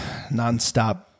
nonstop